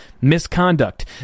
misconduct